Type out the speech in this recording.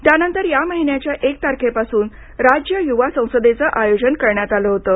त्यानंतर या महिन्याच्या एक तारखेपासून राज्य युवा संसदेचं आयोजन करण्यात आलं होतं